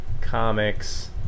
comics